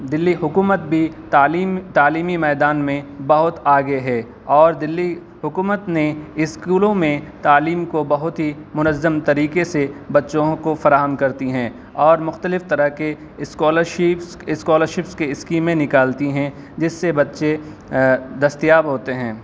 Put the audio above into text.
دلّی حکومت بھی تعلیم تعلیمی میدان میں بہت آگے ہے اور دلّی حکومت نے اسکولوں میں تعلیم کو بہت ہی منظم طریقے سے بچوں کو فراہم کرتی ہیں اور مختلف طرح کے اسکالرشیپس اسکالرشپس کے اسکیمیں نکالتی ہیں جس سے بچے دستیاب ہوتے ہیں